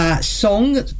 song